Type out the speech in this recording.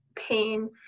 pain